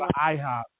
IHOP